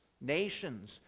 nations